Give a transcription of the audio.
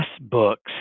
books